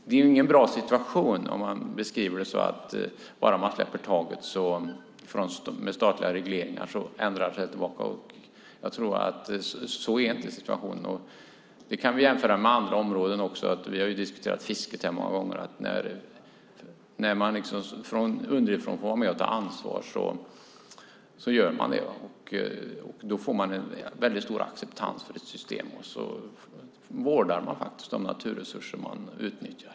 Det är ingen bra situation när man beskriver det så att bara man släpper taget för statliga regleringar ändrar det sig tillbaka. Så är inte situationen. Vi kan jämföra med andra områden också. Vi har diskuterat fiske många gånger. När man får vara med och ta ansvar underifrån gör man det. Då blir det en stor acceptans för ett system och man vårdar de naturresurser man utnyttjar.